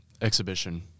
exhibition –